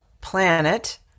planet